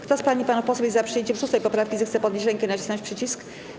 Kto z pań i panów posłów jest za przyjęciem 6. poprawki, zechce podnieść rękę i nacisnąć przycisk.